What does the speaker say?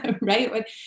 right